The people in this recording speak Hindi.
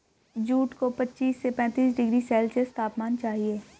जूट को पच्चीस से पैंतीस डिग्री सेल्सियस तापमान चाहिए